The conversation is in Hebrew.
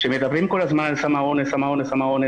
כשמדברים כל הזמן על סם האונס סם האונס,